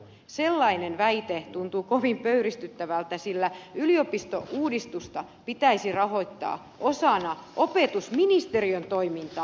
sellainen väite tuntuu kovin pöyristyttävältä sillä yliopistouudistusta pitäisi rahoittaa osana opetusministeriön toimintaa